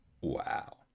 Wow